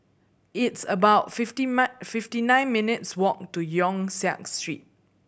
it's about fifty fifty nine minutes' walk to Yong Siak Street